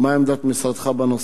2. מה היא עמדת משרדך בנושא?